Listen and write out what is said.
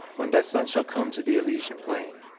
when thy son shall come to the elysian plain,